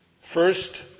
First